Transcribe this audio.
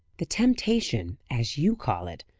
the temptation, as you call it,